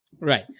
Right